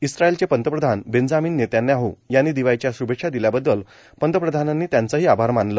इस्राईलचे पंतप्रधान Benjamin Netanyahu यानी दिवाळीच्या श्भेछ्या दिल्याबद्दल पंतप्रधानांनी त्यांच आभार मानल